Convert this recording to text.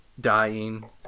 dying